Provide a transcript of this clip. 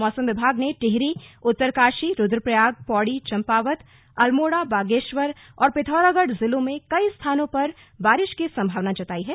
मौसम विभाग ने टिहरी उत्तरकाशी रुद्रप्रयाग पौड़ी चम्पावत अल्मोड़ा बागेश्वर और पिथौरागढ़ ज़िलों में कई स्थानों पर बारिश की संभावना जताई है